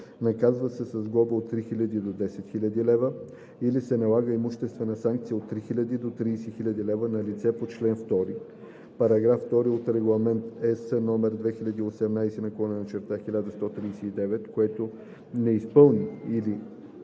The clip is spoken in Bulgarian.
Наказва се с глоба от 3000 до 10 000 лв. или се налага имуществена санкция от 3000 до 30 000 лв. на лице по чл. 2, параграф 2 от Регламент (ЕС) № 2018/1139, което не изпълни или